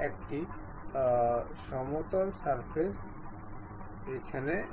আমি এই ট্যান্জেন্ট